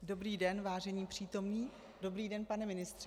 Dobrý den, vážení přítomní, dobrý den, pane ministře.